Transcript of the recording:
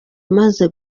amaze